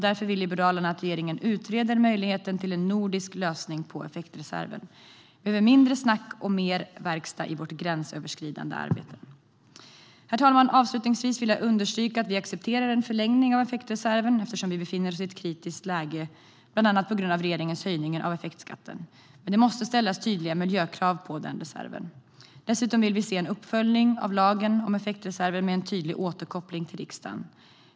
Därför vill Liberalerna att regeringen utreder möjligheten till en nordisk lösning i fråga om effektreserven. Vi behöver mindre snack och mer verkstad i vårt gränsöverskridande arbete. Herr talman! Avslutningsvis vill jag understryka att vi accepterar en förlängning av effektreserven eftersom vi befinner oss i ett kritiskt läge, bland annat på grund av regeringens höjning av effektskatten. Men det måste ställas tydliga miljökrav på den reserven. Dessutom vill vi se en uppföljning av lagen om effektreserven med en tydlig återkoppling till riksdagen.